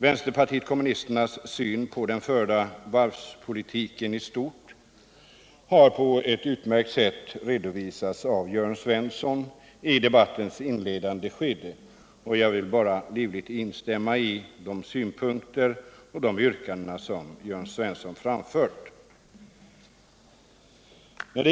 Vänsterpartiet kommunisternas syn på den förda varvspolitiken i stort har på ett utmärkt sätt redovisats av Jörn Svensson i debattens inledande skede. Jag vill bara livligt instämma i de synpunkter och yrkanden som Jörn Svensson framfört.